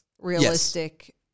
realistic